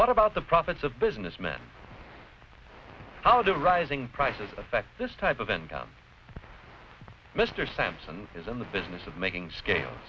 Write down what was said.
what about the profits of businessman how the rising prices affect this type of income mr sampson is on the business of making scale